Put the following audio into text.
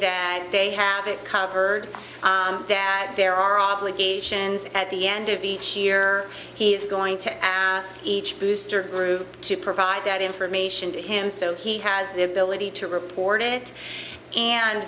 that they have it covered that there are obligations at the end of each year he's going to ask each booster group to provide that information to him so he has the ability to report it and